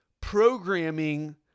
programming